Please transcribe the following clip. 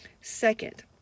Second